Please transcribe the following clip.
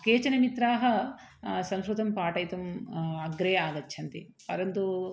केचन मित्राः संस्कृतं पाठयितुम् अग्रे आगच्छन्ति परन्तु